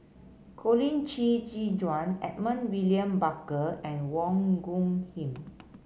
Colin Qi Zhe Quan Edmund William Barker and Wong Khim